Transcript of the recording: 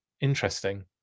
Interesting